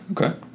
okay